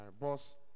boss